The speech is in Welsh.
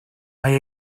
mae